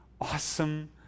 Awesome